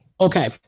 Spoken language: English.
Okay